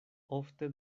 ofte